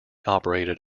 operated